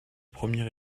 premier